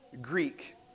Greek